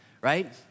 right